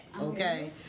Okay